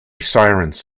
sirens